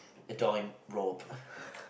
a rob